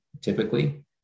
typically